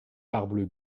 parbleu